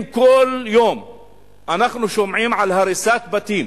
אם כל יום אנחנו שומעים על הריסת בתים